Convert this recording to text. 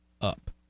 up